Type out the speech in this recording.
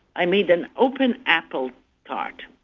i made an open apple tart.